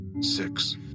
six